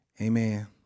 Amen